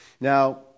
Now